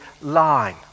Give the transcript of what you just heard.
line